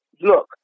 Look